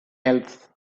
else